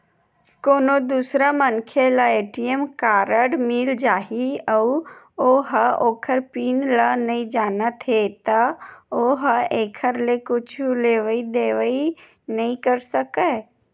कोनो दूसर मनखे ल ए.टी.एम कारड मिल जाही अउ ओ ह ओखर पिन ल नइ जानत हे त ओ ह एखर ले कुछु लेवइ देवइ नइ कर सकय